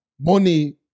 Money